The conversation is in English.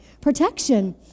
Protection